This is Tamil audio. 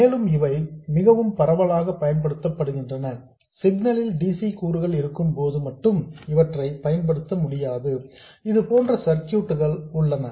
மேலும் இவை மிகவும் பரவலாக பயன்படுத்தப்படுகின்றன சிக்னலில் dc கூறுகள் இருக்கும்போது மட்டும் இவற்றை பயன்படுத்த முடியாது இதுபோன்ற சர்க்யூட்ஸ் உள்ளன